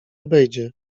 obejdzie